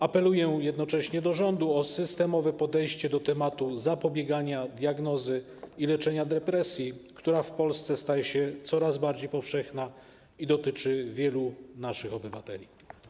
Apeluję jednocześnie do rządu o systemowe podejście do tematu zapobiegania, diagnozy i leczenia depresji, która w Polsce staje się coraz bardziej powszechna i dotyczy wielu naszych obywateli.